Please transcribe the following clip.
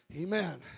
Amen